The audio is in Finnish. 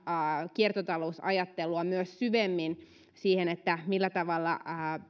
kiertotalousajattelua myös syvemmin siihen millä tavalla